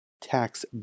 tax